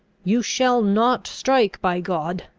you shall not strike, by god!